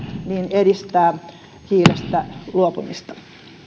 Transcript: edistää hiilestä luopumista